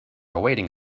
awaiting